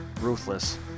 ruthless